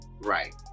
Right